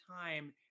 time